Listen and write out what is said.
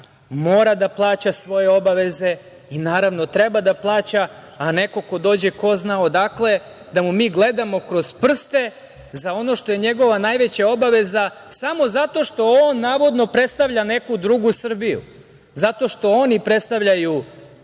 mora da plaća svoje obaveze i naravno treba da plaća, a neko ko dođe ko zna odakle da mu mi gledamo kroz prste za ono što je njegova najveća obaveza samo zato što on navodno predstavlja neku drugu Srbiju, zato što oni predstavljaju neku